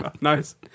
Nice